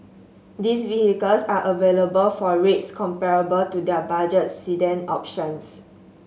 these vehicles are available for rates comparable to their budget sedan options